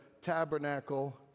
Tabernacle